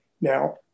now